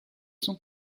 sont